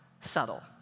subtle